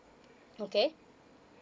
okay